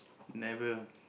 never